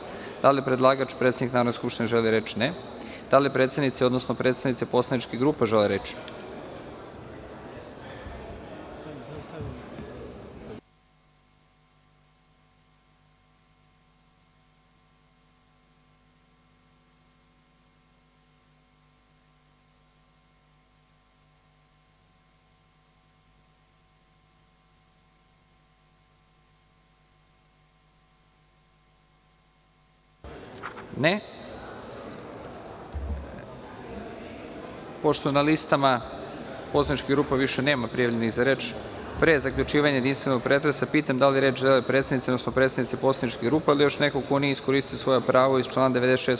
Da li predlagač dr Nebojša Stefanović, predsednik Narodne skupštine želi reč? (Ne.) Da li predsednici, odnosno predstavnici poslaničkih grupa žele reč? (Ne.) Pošto na listama poslaničkih grupa nema prijavljenih za reč, pre zaključivanja jedinstvenog pretresa, pitam da li žele reč predsednici, odnosno predstavnici poslaničkih grupa ili još neko ko nije iskoristio svoje pravo iz člana 96.